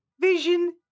Vision